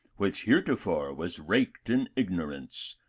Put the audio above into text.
which heretofore was raked in ignorance,